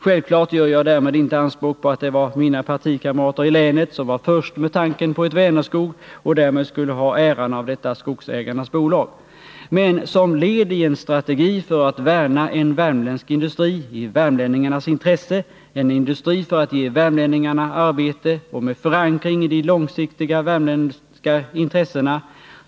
Självfallet gör jag därmed inte anspråk på att det var mina partikamrater i länet som var först med tanken på ett Vänerskog och därmed skulle ha äran av detta skogsägarnas bolag. Men vi får se detta som led i en strategi för att värna en värmländsk industri i värmlänningarnas intresse. Det är en industri som skall ge värmlänningarna arbete och ha förankring i långsiktiga värmländska intressen.